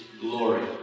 glory